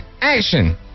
Action